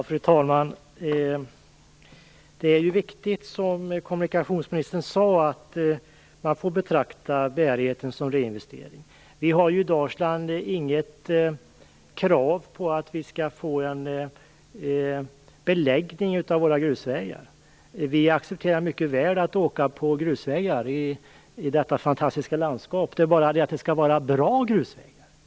Fru talman! Det är riktigt, som kommunikationsministern sade, att bärigheten får betraktas som en reinvestering. Vi har i Dalsland inga krav på att vi skall få en beläggning av våra grusvägar. Vi accepterar mycket väl att åka på grusvägar i detta fantastiska landskap, men det skall vara bra grusvägar.